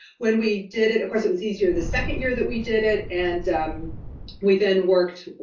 when we did it. of course, it was easier the second year that we did it. and we then worked,